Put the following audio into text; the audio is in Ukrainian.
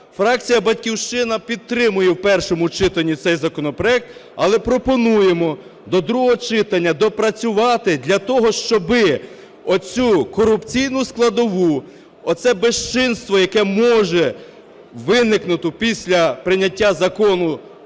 Фракція "Батьківщина" підтримує в першому читанні цей законопроект. Але пропонуємо до другого читання доопрацювати для того, щоби оцю корупційну складову, оце безчинство, яке може виникнути після прийняття закону,